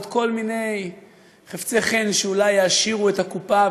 ועוד כל מיני חפצי חן שאולי יעשירו את הקופה,